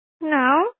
No